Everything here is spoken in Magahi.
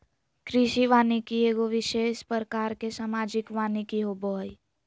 कृषि वानिकी एगो विशेष प्रकार के सामाजिक वानिकी होबो हइ